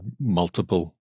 multiple